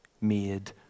made